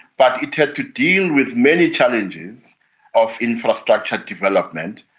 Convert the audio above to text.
but it had to deal with many challenges of infrastructure development,